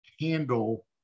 handle